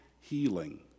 healing